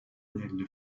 nelle